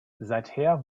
seither